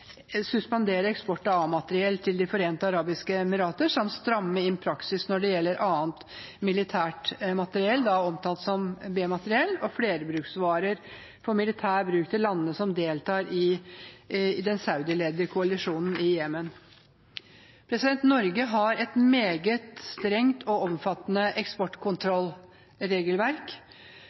av A-materiell til De forente arabiske emirater samt å stramme inn praksisen når det gjelder annet militært materiell, omtalt som B-materiell, og flerbruksvarer for militær bruk til landene som deltar i den saudiledede koalisjonen i Jemen. Norge har et meget strengt og omfattende eksportkontrollregelverk.